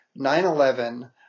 9-11